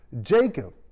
Jacob